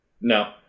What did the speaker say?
No